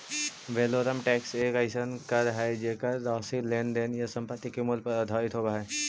valorem tax एक अइसन कर हइ जेकर राशि लेन देन या संपत्ति के मूल्य पर आधारित होव हइ